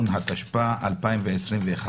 התשפ"א-2021,